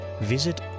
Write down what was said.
visit